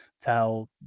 tell